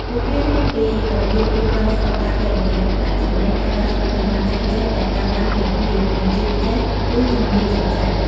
ពួកគេរៀនពីរបៀបគ្រប់គ្រងស្តុក ការគណនាប្រាក់ចំណេញ ការដោះស្រាយបញ្ហាផ្សេងៗដែលកើតឡើងភ្លាមៗ និងជាពិសេសគឺជំនាញចរចា។